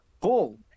pull